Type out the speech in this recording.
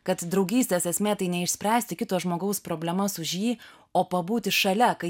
kad draugystės esmė tai neišspręsti kito žmogaus problemas už jį o pabūti šalia kai